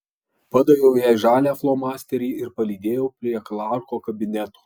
padaviau jai žalią flomasterį ir palydėjau prie klarko kabineto